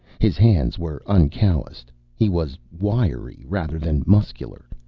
his hands were uncallused. he was wiry rather than muscular.